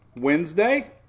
Wednesday